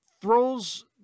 throws